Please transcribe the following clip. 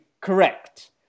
correct